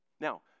Now